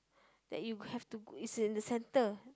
that you have to go it's in the center